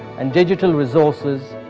and digital resources,